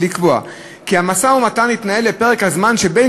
ולקבוע כי המשא-ומתן יתנהל בפרק הזמן שבין